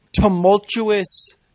tumultuous –